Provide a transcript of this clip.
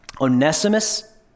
Onesimus